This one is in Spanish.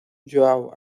joão